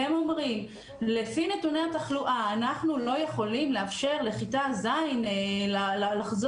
והם אומרים שלפי נתוני התחלואה הם לא יכולים לאפשר לכיתה ז' לחזור,